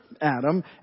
Adam